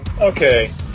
okay